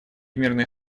мирных